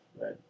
Right